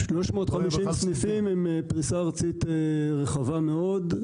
350 סניפים הם פריסה ארצית רחבה מאוד.